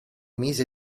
mise